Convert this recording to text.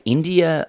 India